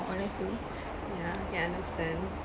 honestly yeah I can understand